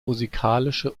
musikalische